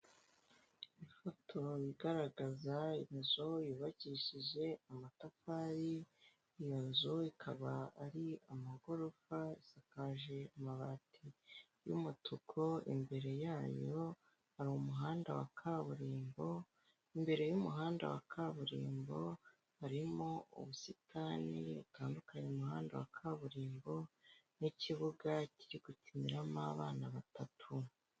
Ifoto igaragaza inzu yubakishije amatafari, iyo nzu ikaba ari amagorofa asakaje amabati y'umutuku, imbere yayo hari umuhanda wa kaburimbo, imbere y'umuhanda wa kaburimbo harimo ubusitani butandukanye umuhanda wa kaburimbo n'ikibuga kiri gukiniramo abana batatu.